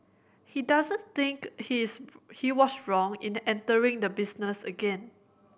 he doesn't think he's he was wrong in entering the business again